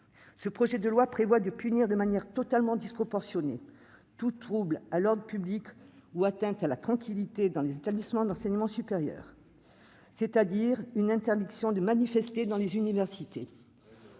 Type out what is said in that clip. Ce projet de loi prévoit de punir, de manière totalement disproportionnée, tout trouble à l'ordre public ou atteinte à la tranquillité dans les établissements d'enseignement supérieur. En d'autres termes, c'est une interdiction de manifester dans les universités.